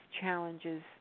challenges